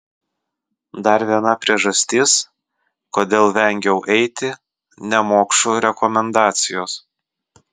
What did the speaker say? dar viena priežastis kodėl vengiau eiti nemokšų rekomendacijos